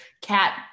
cat